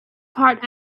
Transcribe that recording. part